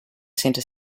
center